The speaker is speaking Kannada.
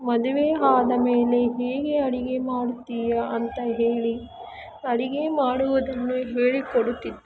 ಮದುವೆ ಆದ ಮೇಲೆ ಹೇಗೆ ಅಡಿಗೆ ಮಾಡುತ್ತೀಯಾ ಅಂತ ಹೇಳಿ ಅಡಿಗೆ ಮಾಡುವುದನ್ನು ಹೇಳಿ ಕೊಡುತ್ತಿದ್ದರು